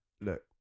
look